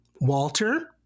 Walter